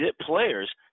players